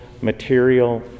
material